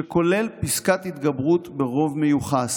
שכולל פסקת התגברות ברוב מיוחס.